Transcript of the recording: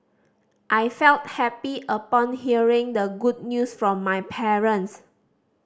I felt happy upon hearing the good news from my parents